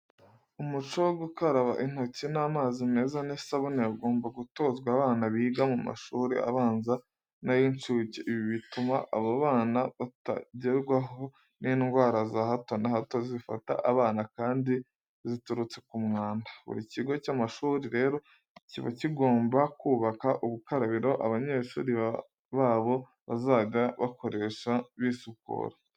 Umuco wo gukaraba intoki n'amazi meza n'isabune ugomba gutozwa abana biga mu mashuri abanza n'ay'incuke. Ibi bituma aba bana batagerwaho n'indwara za hato na hato zifata abana kandi ziturutse ku mwanda. Buri kigo cy'amashuri rero kiba kigomba kubaka ubukarabiro abanyeshuri babo bazajya bakoresha bisukura.